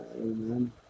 Amen